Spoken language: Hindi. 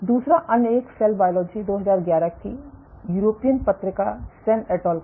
दूसरा अन्य एक सेल बायोलॉजी 2011 की यूरोपीय पत्रिका सेन एट ऑल का है